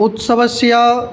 उत्सवस्य